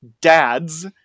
dads